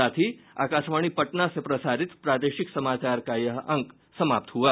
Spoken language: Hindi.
इसके साथ ही आकाशवाणी पटना से प्रसारित प्रादेशिक समाचार का ये अंक समाप्त हुआ